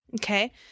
Okay